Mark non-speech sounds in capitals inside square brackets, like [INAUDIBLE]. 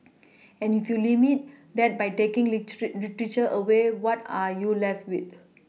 [NOISE] and if you limit that by taking [UNINTELLIGIBLE] away what are you left with [NOISE]